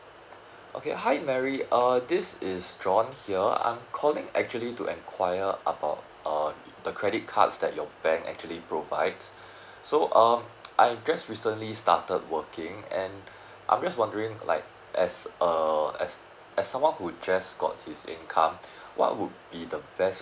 okay hi mary err this is john here I'm calling actually to inquire about uh the credit cards that your bank actually provides so um I'm just recently started working and I'm just wondering like as a as as someone who just got his income what would be the best